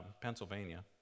Pennsylvania